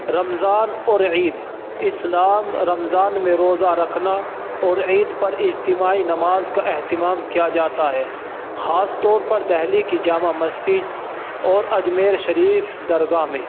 رمضان اور عید اسلام رمضان میں روزہ رکھنا اور عید پر اجتماعی نماز کا اہتمام کیا جاتا ہے خاص طور پر دہلی کی جامع مسجد اور اجمیر شریف درگاہ میں